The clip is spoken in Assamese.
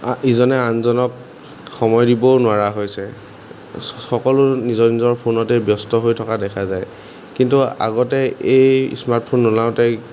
ইজনে আনজনক সময় দিবও নোৱাৰা হৈছে সকলো নিজৰ নিজৰ ফোনতেই ব্যস্ত হৈ থকা দেখা যায় কিন্তু আগতে এই স্মাৰ্টফোন নোলাওঁতেই